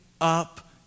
up